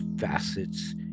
facets